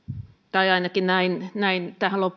tai ainakin tähän